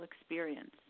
experience